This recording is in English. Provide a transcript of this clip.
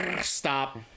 stop